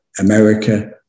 America